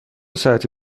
ساعتی